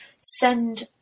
send